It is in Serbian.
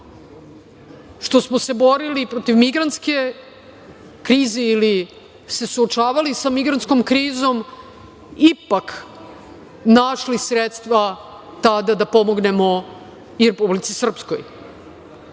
što smo se borili protiv migrantske krize ili se suočavali sa migrantskom krizom, ipak našli sredstva tada da pomognemo i Republici Srpskoj,